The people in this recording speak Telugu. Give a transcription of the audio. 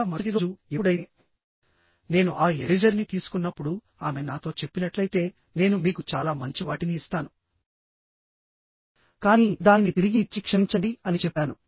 లేదా మరుసటి రోజు ఎప్పుడైతే నేను ఆ ఎరేజర్ని తీసుకున్నప్పుడు ఆమె నాతో చెప్పినట్లయితే నేను మీకు చాలా మంచి వాటిని ఇస్తాను కానీ దానిని తిరిగి ఇచ్చి క్షమించండి అని చెప్పాను